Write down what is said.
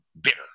bitter